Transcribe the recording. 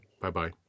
Bye-bye